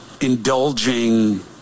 indulging